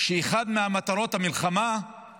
שאחת ממטרות המלחמה היא